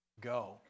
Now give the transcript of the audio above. go